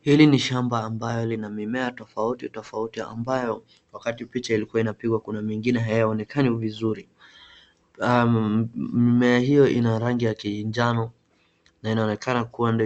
Hili ni shamba ambayo lina mimea tofauti tofauti ambayo wakati picha ilikuwa inapigwa kuna mengine hayaonekani vizuri, mimea hiyo ina rangi ya kinjano na inaonekana kuwa